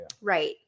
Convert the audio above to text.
Right